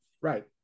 Right